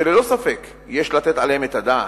שללא ספק יש לתת עליהם את הדעת,